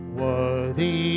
worthy